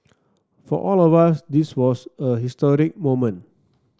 for all of us this was a historic moment